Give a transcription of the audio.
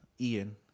Ian